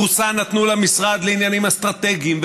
פרוסה נתנו למשרד לעניינים אסטרטגיים,